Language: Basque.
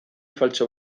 faltsu